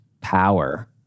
power